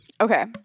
Okay